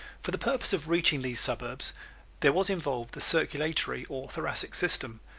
for the purpose of reaching these suburbs there was involved the circulatory or thoracic system,